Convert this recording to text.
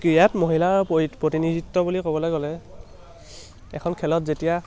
ক্ৰীড়াত মহিলাৰ প্ৰতিনিধিত্ব বুলি ক'বলৈ গ'লে এখন খেলত যেতিয়া